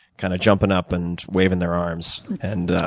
kind of jumping up and waving their arms and